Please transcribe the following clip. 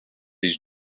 his